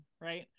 right